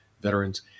veterans